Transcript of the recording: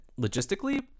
logistically